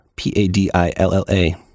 P-A-D-I-L-L-A